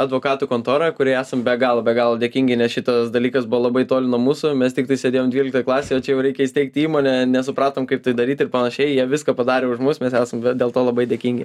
advokatų kontora kuriai esam be galo be galo dėkingi nes šitas dalykas buvo labai toli nuo mūsų mes tiktais sėdėjom dvyliktoj klasėj o čia jau reikia įsteigti įmonę nesupratom kaip tai daryt ir panašiai jie viską padarė už mus mes esam dėl to labai dėkingi